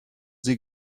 sie